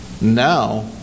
Now